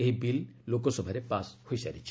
ଏହି ବିଲ୍ ଲୋକସଭାରେ ପାଶ୍ ହୋଇସାରିଛି